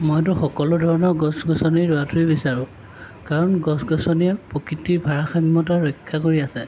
ময়তো সকলো ধৰণৰ গছ গছনি ৰোৱাটোৱে বিচাৰোঁ কাৰন গছ গছনিয়ে প্ৰকৃতিৰ ভাৰসাম্যতা ৰক্ষা কৰি আছে